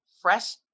Fresh